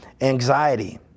anxiety